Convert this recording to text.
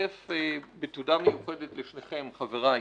מצטרף בתודה מיוחדת לשניכם, חבריי,